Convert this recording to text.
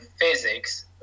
physics